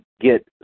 get